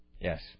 Yes